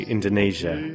Indonesia